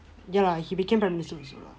ya lah he became prime minister also lah